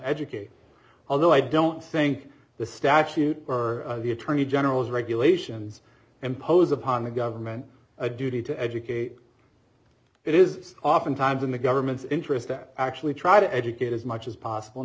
educate although i don't think the statute or the attorney general's regulations impose upon the government a duty to educate it is oftentimes in the government's interest that actually try to educate as much as possible and